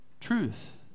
truth